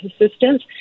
assistance